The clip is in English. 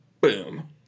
Boom